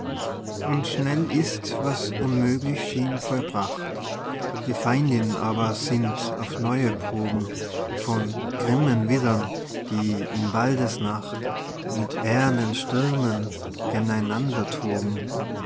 und schnell ist was unmöglich schien vollbracht die feindin aber sinnt auf neue proben von grimmen widdern die in waldesnacht mit eh'rnen